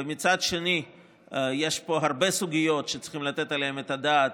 ומצד שני יש פה הרבה סוגיות שצריכים לתת עליהן את הדעת,